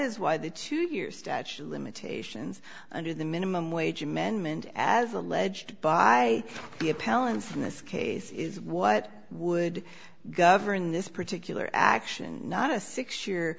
is why the two year statute of limitations under the minimum wage amendment as alleged by the appellant in this case is what would govern this particular action not a six year